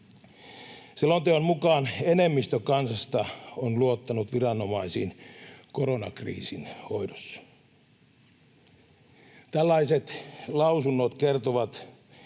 Selonteon mukaan enemmistö kansasta on luottanut viranomaisiin koronakriisin hoidossa. Tällaiset lausunnot kertovat,